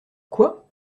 quoi